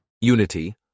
Unity